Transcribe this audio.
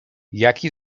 jaki